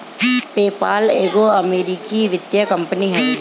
PayPal एगो अमरीकी वित्तीय कंपनी हवे